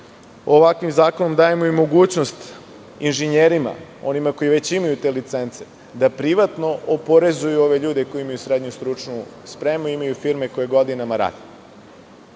ovakvim zakonom dajemo i mogućnost inženjerima, onima koji već imaju te licence, da privatno oporezuju ove ljude koji imaju srednju stručnu spremu a imaju firme koje godinama